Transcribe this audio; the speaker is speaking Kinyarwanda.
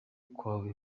kwawe